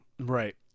Right